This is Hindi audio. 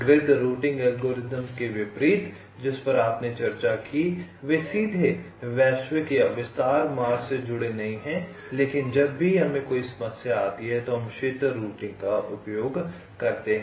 ग्रिड रूटिंग एल्गोरिदम के विपरीत जिस पर आपने चर्चा की वे सीधे वैश्विक या विस्तार मार्ग से जुड़े नहीं हैं लेकिन जब भी हमे कोई समस्या आती है तो हम क्षेत्र रूटिंग का उपयोग करते हैं